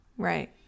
Right